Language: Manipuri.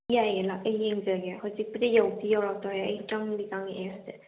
ꯌꯥꯏꯌꯦ ꯂꯥꯛ ꯑꯩ ꯌꯦꯡꯖꯒꯦ ꯍꯧꯖꯤꯛꯄꯨꯗꯤ ꯌꯧꯗꯤ ꯌꯧꯔꯛꯇꯣꯔꯦ ꯑꯩ ꯆꯪꯗꯤ ꯆꯪꯉꯛꯑꯦ